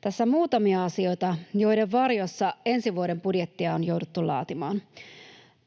tässä muutamia asioita, joiden varjossa ensi vuoden budjettia on jouduttu laatimaan.